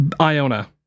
Iona